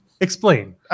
Explain